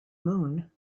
moon